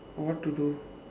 what to do